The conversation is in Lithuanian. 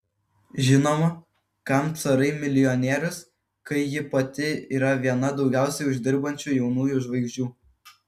žinoma kam carai milijonierius kai ji pati yra viena daugiausiai uždirbančių jaunųjų žvaigždžių